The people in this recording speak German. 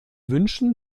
wünschen